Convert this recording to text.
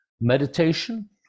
meditation